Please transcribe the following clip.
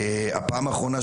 הפעם האחרונה,